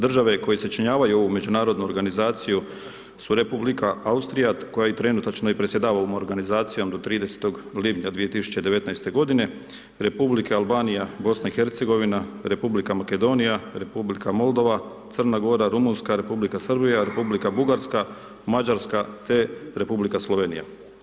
Države koje sačinjavaju ovu međunarodnu organizaciju su Republika Austrija, koja i trenutačno i predsjedava ovom organizacijom do 30. lipnja 2019.-te godine, Republika Albanija, BiH, Republika Makedonija, Republika Moldova, Crna Gora, Rumunjska, Republika Srbija, Republika Bugarska, Mađarska, te Republika Slovenija.